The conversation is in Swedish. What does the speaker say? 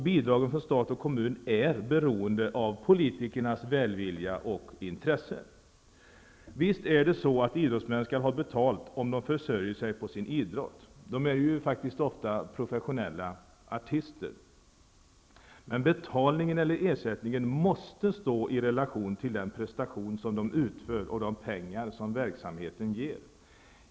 Bidragen från stat och kommun är beroende av politikernas välvilja och intresse. Visst skall idrottsmän ha betalt om de försörjer sig på sin idrott. De är ju ofta professionella artister. Men betalningen eller ersättningen måste stå i relation till den prestation som de utför och de pengar som verksamheten ger.